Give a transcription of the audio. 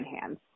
hands